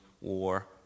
war